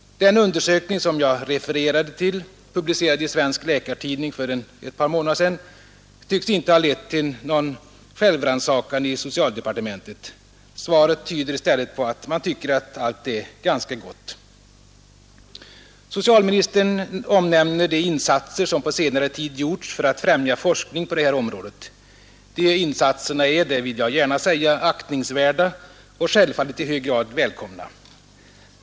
Den undersökning som jag refererade till, publicerad i Läkartidningen för ett par månader sedan, tycks inte ha lett till någon självrannsakan i socialdepartementet. Svaret tyder i stället på att man tycker att allt är ganska gott. Socialministern omnämner de insatser som på senare tid gjorts för att främja forskning på det här området. De insatserna är, det vill jag gärna säga, aktningsvärda och självfallet i hög grad välkomna.